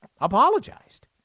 apologized